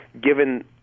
given